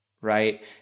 Right